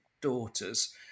daughters